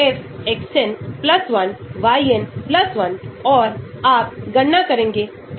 तो जब इलेक्ट्रॉन वापस ले रहा है तो आपके पास प्रेरक और रेजोनेंस प्रभाव हो सकता है जो कि पैरा प्रतिस्थापन है